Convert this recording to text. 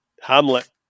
Hamlet